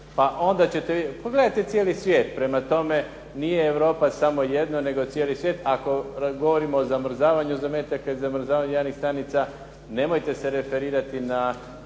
onda ćete vidjeti, pogledajte cijeli svijet, nije Europa samo jedno, nego cijeli svijet ako govorimo o zamrzavanju zametaka i zamrzavanju jajnih stanica nemojte se referirati na